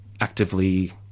actively